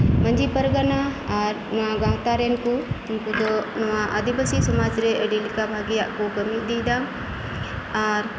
ᱢᱟᱺᱡᱷᱤ ᱯᱟᱨᱜᱟᱱᱟ ᱟᱨ ᱱᱚᱣᱟ ᱜᱟᱶᱛᱟ ᱨᱮᱱ ᱠᱩ ᱩᱱᱠᱩᱫᱚ ᱱᱚᱣᱟ ᱟᱹᱫᱤᱵᱟᱹᱥᱤ ᱥᱚᱢᱟᱡ ᱨᱮ ᱟᱹᱰᱤᱞᱮᱠᱟ ᱵᱷᱟᱜᱤᱭᱟᱜ ᱠᱩ ᱠᱟᱹᱢᱤ ᱤᱫᱤᱭᱮᱫᱟ ᱟᱨ